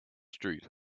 street